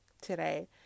today